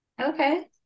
Okay